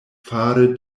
fare